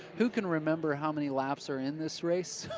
who can remember how many laps are in this race.